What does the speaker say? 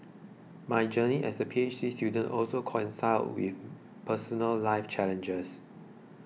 my journey as a P H D student also coincided with personal life challenges